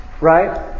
right